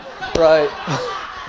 right